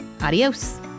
Adios